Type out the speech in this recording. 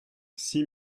six